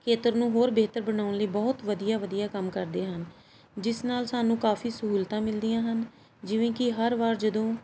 ਖੇਤਰ ਨੂੰ ਹੋਰ ਬਿਹਤਰ ਬਣਉਣ ਲਈ ਬਹੁਤ ਵਧੀਆ ਵਧੀਆ ਕੰਮ ਕਰਦੇ ਹਨ ਜਿਸ ਨਾਲ ਸਾਨੂੰ ਕਾਫੀ ਸਹੂਲਤਾਂ ਮਿਲਦੀਆਂ ਹਨ ਜਿਵੇਂ ਕਿ ਹਰ ਵਾਰ ਜਦੋਂ